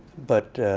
but